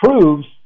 proves